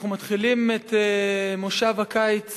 אנחנו מתחילים את כנס הקיץ